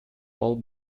all